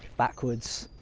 backwards.